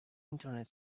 internet